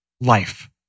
life